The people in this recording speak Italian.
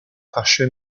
fasce